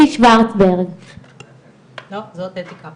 אני הנציג של המרכז לחרש עיוור, מכון בית דוד.